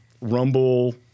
Rumble